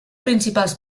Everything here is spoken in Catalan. principals